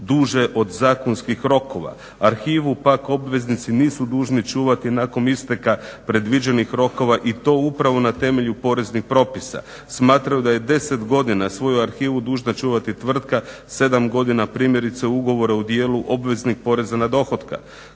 duže od zakonskih rokova. Arhivu pak obveznici nisu dužni čuvati nakon isteka predviđenih rokova i to upravo na temelju poreznih propisa. Smatraju da je 10 godina svoju arhivu dužna čuvati tvrtka, 7 godina primjerice ugovore o djelu obveznih poreza na dohotke.